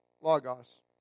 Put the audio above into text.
logos